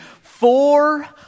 four